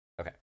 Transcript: Okay